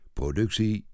productie